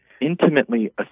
Intimately